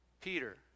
Peter